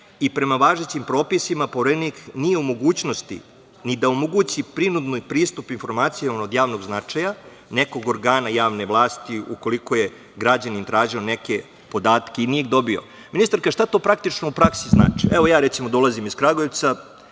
Prema važećim propisima Poverenik nije u mogućnosti ni da omogući prinudni pristup informacija od javnog značaja nekog organa javne vlasti ukoliko je građanin tražio neke podatke i nije ih dobio. Ministarka, šta to praktično u praksi znači? Evo, ja recimo dolazim iz Kragujevca.